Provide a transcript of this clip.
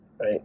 right